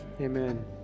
amen